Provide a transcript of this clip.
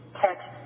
text